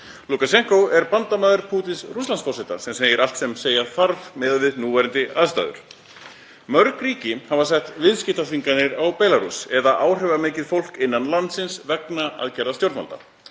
Lúkasjenkó er bandamaður Pútíns Rússlandsforseta sem segir allt sem segja þarf miðað við núverandi aðstæður. Mörg ríki hafa sett viðskiptaþvinganir á Belarús eða áhrifamikið fólk innan landsins vegna aðgerða stjórnvalda.